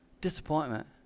Disappointment